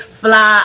fly